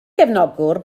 gefnogwr